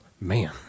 man